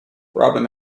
robin